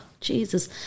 Jesus